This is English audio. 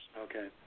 Okay